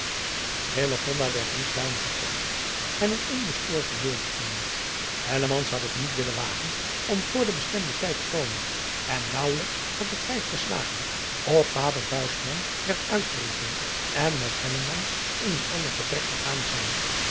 werd niet weinig geplaagd en een onbestorven weeuwtje genoemd had het niet willen wagen om voor den bestemden tijd te komen en naauwelijks had het vijf geslagen of vader werd uitgeroepen en met in een ander vertrek gegaan zijnde